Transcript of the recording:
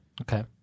Okay